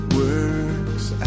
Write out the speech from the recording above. works